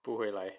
不回来